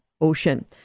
Ocean